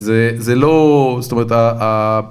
זה, זה לא... זאת אומרת, ה...